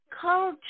culture